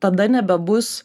tada nebebus